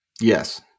Yes